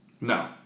No